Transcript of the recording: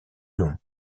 long